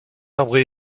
arbres